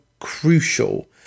crucial